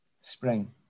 spring